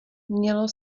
mělo